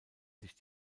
sich